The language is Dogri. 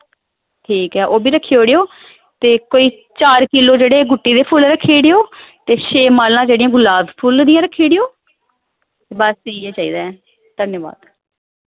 ठीक ऐ ओह् बी रक्खी ओड़ेओ ते कोई चार किलो जेह्ड़े गुट्टे दे फुल्ल रक्खी ओड़ेओ ते छे मालां जेह्ड़ियां गुलाब फुल्ल दियां रक्खी ओड़ेओ बस इ'यै चाहिदा ऐ धन्यवाद